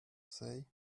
say